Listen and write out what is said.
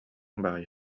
баҕайы